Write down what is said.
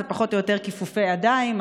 זה פחות או יותר כיפופי ידיים.